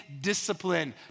discipline